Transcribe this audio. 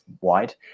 wide